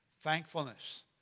thankfulness